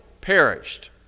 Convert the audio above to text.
perished